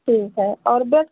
ठीक है और बस